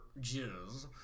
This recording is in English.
jizz